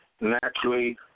naturally